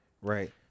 Right